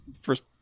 first